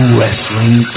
Wrestling